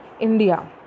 India